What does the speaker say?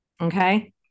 Okay